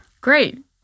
great